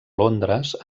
londres